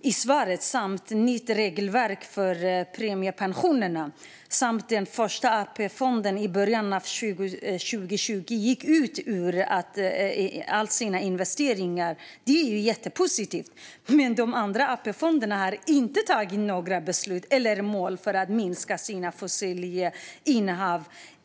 i svaret och ett nytt regelverk för premiepensionerna. Att Första AP-fonden i början av 2020 gick ur alla sina sådana investeringar är jättepositivt. Men de andra AP-fonderna har inte tagit några beslut eller mål om att minska sina fossila innehav.